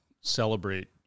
celebrate